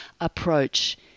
approach